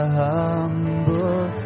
humble